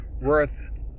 Worth